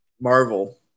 Marvel